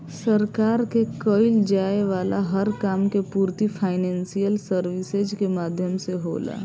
सरकार के कईल जाये वाला हर काम के पूर्ति फाइनेंशियल सर्विसेज के माध्यम से होला